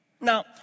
Now